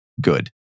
good